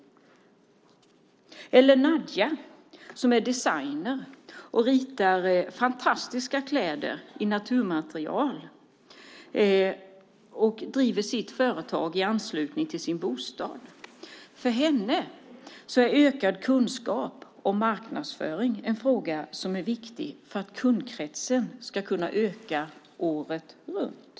Det gäller också Nadja, som är designer och ritar fantastiska kläder i naturmaterial och driver sitt företag i anslutning till sin bostad. För henne är ökad kunskap och marknadsföring en fråga som är viktig för att kundkretsen ska kunna öka året runt.